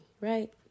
right